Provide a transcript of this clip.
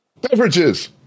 Beverages